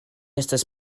estas